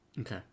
Okay